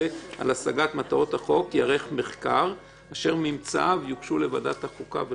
על השגת מטרות החוק ייערך מחקר אשר ממצאיו יוגשו לוועדת החוקה".